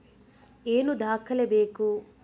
ಏನು ದಾಖಲೆ ಬೇಕು?